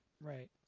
Right